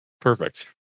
Perfect